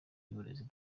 y’uburezi